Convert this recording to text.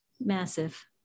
Massive